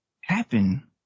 happen